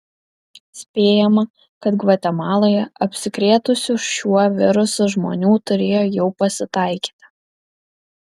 spėjama kad gvatemaloje apsikrėtusių šiuo virusu žmonių turėjo jau pasitaikyti